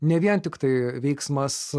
ne vien tiktai veiksmas